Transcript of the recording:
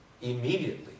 immediately